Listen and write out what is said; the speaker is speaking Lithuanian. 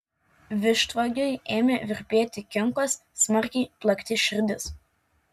vištvagiui ėmė virpėti kinkos smarkiai plakti širdis